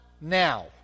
now